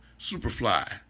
Superfly